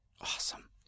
awesome